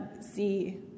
see